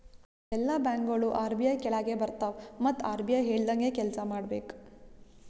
ಎಲ್ಲಾ ಬ್ಯಾಂಕ್ಗೋಳು ಆರ್.ಬಿ.ಐ ಕೆಳಾಗೆ ಬರ್ತವ್ ಮತ್ ಆರ್.ಬಿ.ಐ ಹೇಳ್ದಂಗೆ ಕೆಲ್ಸಾ ಮಾಡ್ಬೇಕ್